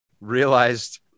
realized